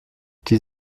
die